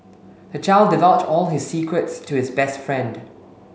the child divulged all his secrets to his best friend